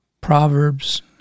Proverbs